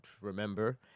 remember